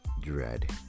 dread